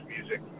music